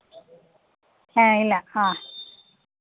ഹേ ഇല്ല ആ